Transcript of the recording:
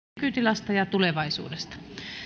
nykytilasta ja tulevaisuudesta